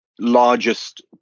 largest